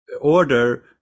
order